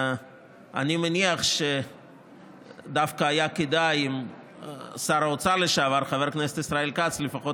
אני מניח שדווקא היה כדאי אם שר האוצר לשעבר חבר הכנסת ישראל כץ לפחות